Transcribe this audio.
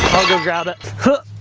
i'll go grab it. yeah,